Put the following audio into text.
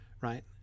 right